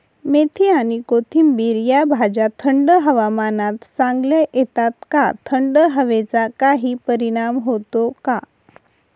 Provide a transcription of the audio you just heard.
मेथी आणि कोथिंबिर या भाज्या थंड हवामानात चांगल्या येतात का? थंड हवेचा काही परिणाम होतो का?